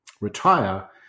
retire